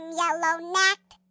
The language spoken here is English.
yellow-necked